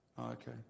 Okay